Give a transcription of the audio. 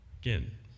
Again